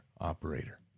operator